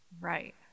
Right